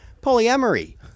polyamory